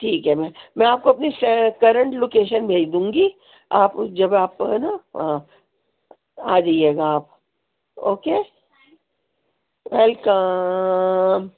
ٹھیک ہے میں میں آپ کو کرنٹ لوکیشن بھیج دوں گی آپ اس جگہ آپ کو ہے نا آ جائیے گا آپ اوکے ویلکم